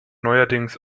neuerdings